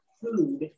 food